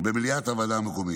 במליאת הוועדה המקומית.